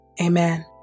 Amen